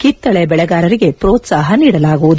ಕಿತ್ತಳೆ ಬೆಳೆಗಾರರಿಗೆ ಪ್ರೋತಾಪ ನೀಡಲಾಗುವುದು